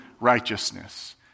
righteousness